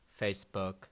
Facebook